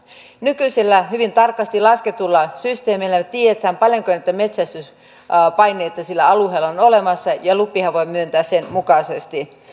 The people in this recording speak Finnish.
nykyisillä hyvin tarkasti lasketuilla systeemeillä jo tiedetään paljonko niitä metsästyspaineita sillä alueella on olemassa ja lupiahan voi myöntää sen mukaisesti